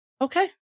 Okay